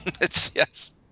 Yes